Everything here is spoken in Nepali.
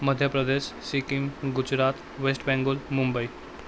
मध्य प्रदेश सिक्किम गुजरात वेस्ट बङ्गाल मुम्बई